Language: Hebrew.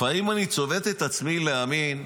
לפעמים אני צובט את עצמי להאמין,